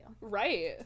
Right